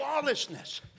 lawlessness